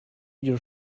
your